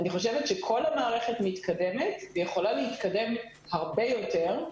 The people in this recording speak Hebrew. אני חושבת שכל המערכת מתקדמת ויכולה להתקדם הרבה יותר,